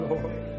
Lord